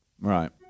Right